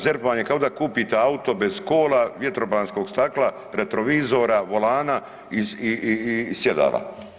ZEPR vam je kao da kupite auto bez kola, vjetrobranskog stakla, retrovizora, volana i sjedala.